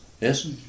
yes